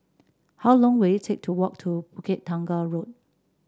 how long will it take to walk to Bukit Tunggal Road